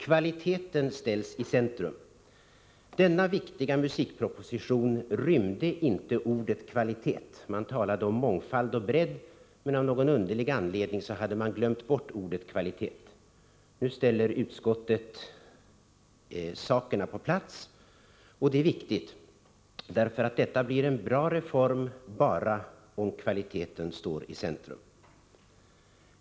Kvaliteten ställs i centrum. Denna viktiga musikproposition rymde inte ordet ”kvalitet”. Man talade om mångfald och bredd, men man hade av någon underlig anledning glömt bort ordet ”kvalitet”. Nu ställer utskottet sakerna på plats, och det är viktigt, eftersom detta blir en bra reform enbart om kvaliteten står i centrum.